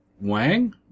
wang